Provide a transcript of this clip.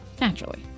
naturally